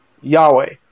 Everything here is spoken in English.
Yahweh